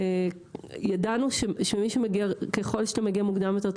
וגם ידענו שככל שתגיע מוקדם יותר,